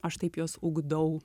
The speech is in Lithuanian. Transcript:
aš taip juos ugdau